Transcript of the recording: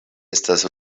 estas